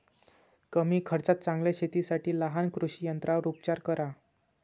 कमी खर्चात चांगल्या शेतीसाठी लहान कृषी यंत्रांवर उपचार करा